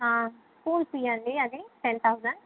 ఆ school fee అండి అది టెన్ థౌజండ్